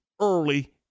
early